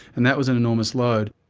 and that was an enormous load.